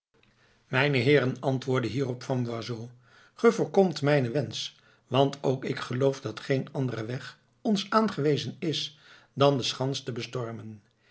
mijne heeren antwoordde hierop van boisot ge voorkomt mijnen wensch want ook ik geloof dat geen andere weg ons aangewezen is dan de schans te bestormen